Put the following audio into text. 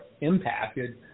impacted